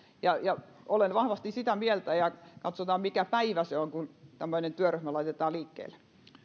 olen vahvasti sitä mieltä ja katsotaan mikä päivä se on kun tämmöinen työryhmä laitetaan liikkeelle